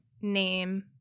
name